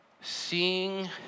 Seeing